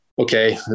okay